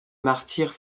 martyrs